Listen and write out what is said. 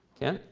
ken?